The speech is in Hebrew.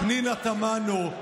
פנינה תמנו.